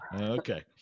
Okay